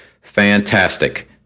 fantastic